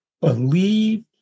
believe